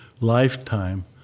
lifetime